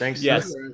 yes